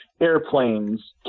airplanes